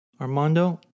Armando